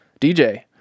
DJ